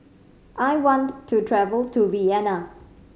I want to travel to Vienna